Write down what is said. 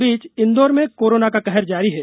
इस बीच इंदौर में कोरोना का कहर जारी है